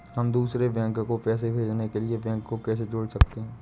हम दूसरे बैंक को पैसे भेजने के लिए बैंक को कैसे जोड़ सकते हैं?